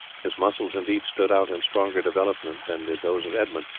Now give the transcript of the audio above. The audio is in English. his muscles indeed stood out in stronger development than did those of edmund,